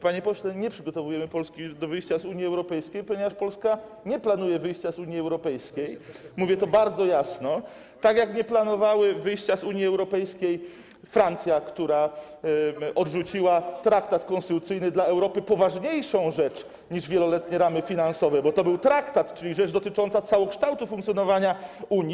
Panie pośle, nie przygotowujemy Polski do wyjścia z Unii Europejskiej, ponieważ Polska nie planuje wyjścia z Unii Europejskiej, mówię to bardzo jasno, tak jak nie planowały wyjścia z Unii Europejskiej Francja, która odrzuciła traktat konstytucyjny dla Europy - poważniejszą rzecz niż wieloletnie ramy finansowe, bo to był traktat, czyli rzecz dotycząca całokształtu funkcjonowania Unii.